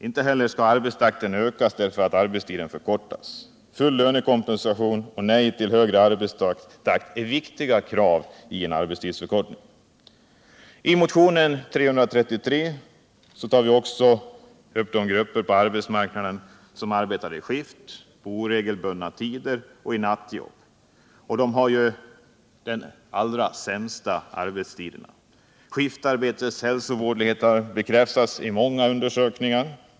Inte heller skall arbetstakten ökas därför att arbetstiden förkortas. Full lönekompensation och nej till högre arbetstakt är viktiga krav för en arbetstidsförkortning. Ett av kraven i motionen 333 gäller de grupper på arbetsmarknaden som arbetar i skift, på oregelbundna tider och i nattjobb. Dessa har ju de allra sämsta arbetstiderna. Skiftarbetets hälsovådlighet har bekräftats i många undersökningar.